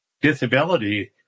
disability